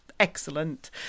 Excellent